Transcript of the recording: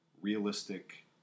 realistic